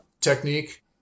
technique